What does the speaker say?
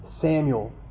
Samuel